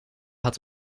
had